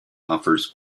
offers